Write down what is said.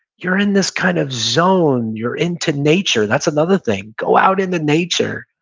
you're in this kind of zone. you're into nature. that's another thing, go out in the nature.